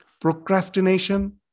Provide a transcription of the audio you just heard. procrastination